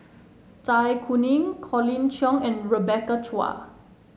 Zai Kuning Colin Cheong and Rebecca Chua